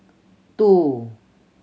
two